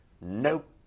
Nope